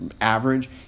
average